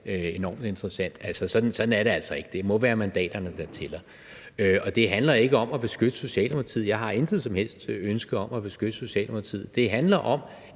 enormt interessant. Sådan er det altså ikke; det må være mandaterne, der tæller. Det handler ikke om at beskytte Socialdemokratiet. Jeg har intet som helst ønske om at beskytte Socialdemokratiet. Det handler om,